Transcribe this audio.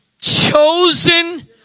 chosen